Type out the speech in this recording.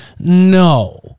No